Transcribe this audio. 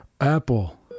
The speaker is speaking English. Apple